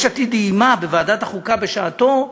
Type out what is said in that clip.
יש עתיד איימה בוועדת החוקה, בשעתה,